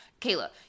Kayla